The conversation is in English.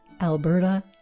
Alberta